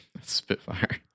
Spitfire